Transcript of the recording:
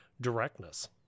directness